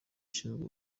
ushinzwe